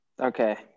Okay